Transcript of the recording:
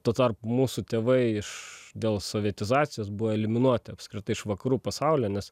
tuo tarp mūsų tėvai iš dėl sovietizacijos buvo eliminuoti apskritai iš vakarų pasaulio nes